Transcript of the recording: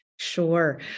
Sure